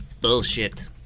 Bullshit